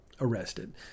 arrested